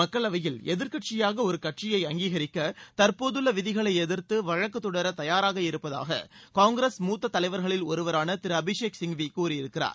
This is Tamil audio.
மக்களவையில் எதிர்க்கட்சியாக ஒரு கட்சியை அங்கீகரிக்க தற்போதுள்ள விதிகளை எதிர்த்து வழக்குத் தொடர தயாராக இருப்பதாக காங்கிரஸ் மூத்த தலைவர்களில் ஒருவரான திரு அபிஷேக் சிங்வி கூறியிருக்கிறார்